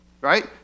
right